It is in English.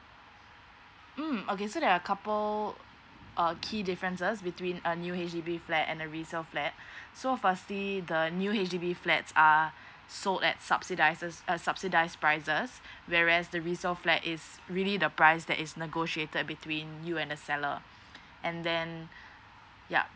mm okay so there are couple uh key differences between a new H_D_B flat and the resale flat so firstly the new H_D_B flats are sold at subsidises uh subsidise prices whereas the resale flat is really the price that is negotiated between you and the seller and then ya